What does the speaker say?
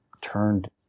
turned